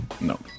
No